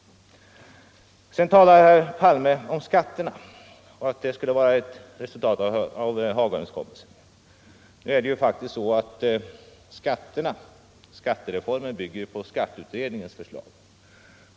Sedan talade herr Palme om skatterna och sade att det förslag som antagits av riksdagen skulle vara ett resultat av Hagaöverenskommelsen.